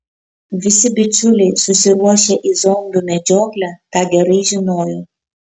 visi bičiuliai susiruošę į zombių medžioklę tą gerai žinojo